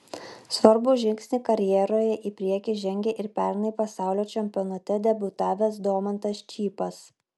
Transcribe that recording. svarbų žingsnį karjeroje į priekį žengė ir pernai pasaulio čempionate debiutavęs domantas čypas